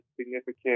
significant